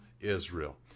Israel